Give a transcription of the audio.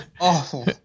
awful